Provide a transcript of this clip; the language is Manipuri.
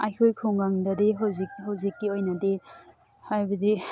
ꯑꯩꯈꯣꯏ ꯈꯨꯡꯒꯪꯗꯗꯤ ꯍꯧꯖꯤꯛ ꯍꯧꯖꯤꯛꯀꯤ ꯑꯣꯏꯅꯗꯤ ꯍꯥꯏꯕꯗꯤ